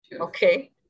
Okay